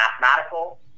mathematical